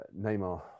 Neymar